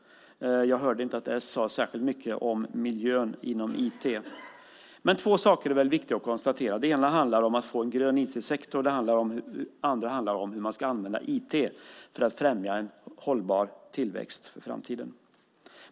Jag hörde inte att s sade särskilt mycket om miljön inom IT. Det finns två saker som är viktiga att konstatera. Det ena handlar om att få en grön IT-sektor. Det andra handlar om hur man ska använda IT för att främja en hållbar tillväxt för framtiden.